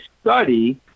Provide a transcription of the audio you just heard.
study